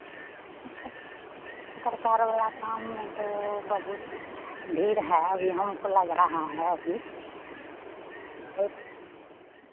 मतलब पत्रकारों वाला काम है तो बहुत भीड़ है अभी हमको लग रहा है अभी और